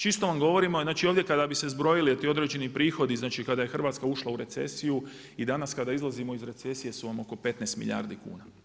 Čisto vam govorim, znači ovdje kada bi se zbrojili ti određeni prihodi kada je Hrvatska ušla u recesiju i danas kada izlazimo i recesije su vam oko 15 milijardi kuna.